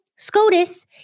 SCOTUS